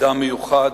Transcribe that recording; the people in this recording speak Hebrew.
אדם מיוחד,